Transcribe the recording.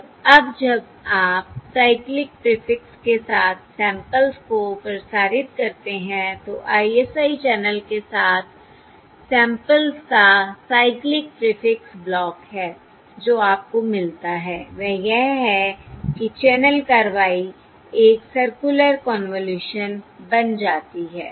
और अब जब आप साइक्लिक प्रीफिक्स के साथ सैंपल्स को प्रसारित करते हैं तो ISI चैनल के साथ सैंपल्स का साइक्लिक प्रीफिक्स ब्लॉक है जो आपको मिलता है वह यह है कि चैनल कार्रवाई एक सर्कुलर कन्वॉल्यूशन बन जाती है